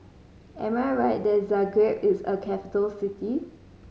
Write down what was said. am I right that Zagreb is a capital city